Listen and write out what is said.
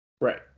Right